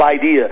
idea